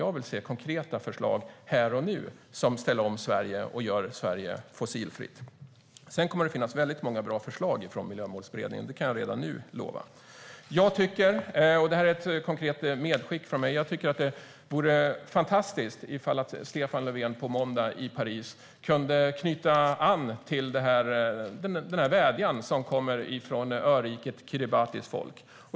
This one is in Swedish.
Jag vill se konkreta förslag här och nu som ställer om Sverige och gör Sverige fossilfritt. Sedan kommer det att finnas väldigt många bra förslag från Miljömålsberedningen. Det kan jag redan nu lova. Detta är ett konkret medskick från mig. Det vore fantastiskt om Stefan Löfven på måndag i Paris kunde knyta an till den vädjan som kommer från öriket Kiribatis folk.